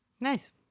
Nice